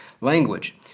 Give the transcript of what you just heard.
language